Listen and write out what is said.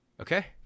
Okay